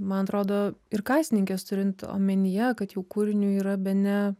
man atrodo ir kasininkės turint omenyje kad jų kūriniui yra bene